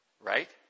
Right